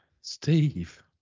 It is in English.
Steve